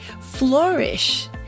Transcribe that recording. Flourish